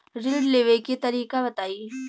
ऋण लेवे के तरीका बताई?